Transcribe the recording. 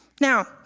Now